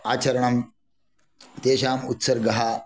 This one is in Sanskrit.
आचरणं तेषाम् उत्सर्गः